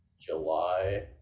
July